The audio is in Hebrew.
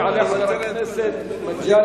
יעלה חבר הכנסת מגלי